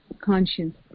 conscience